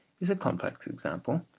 is a complex example,